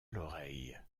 l’oreille